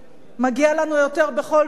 מגיע לנו יותר בכל תחום מדיני-ביטחוני,